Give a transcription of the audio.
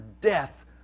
death